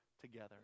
together